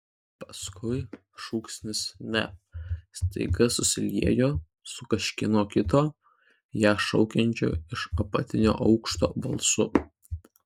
paskui šūksnis ne staiga susiliejo su kažkieno kito ją šaukiančio iš apatinio aukšto balsu